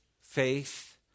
faith